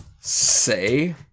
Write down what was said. say